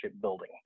building